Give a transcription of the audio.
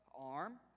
Arm